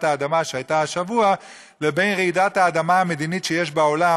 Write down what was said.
האדמה שהייתה השבוע לבין רעידת האדמה המדינית שיש בעולם